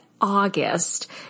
August